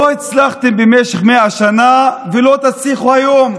לא הצלחתם במשך 100 שנה ולא תצליחו היום.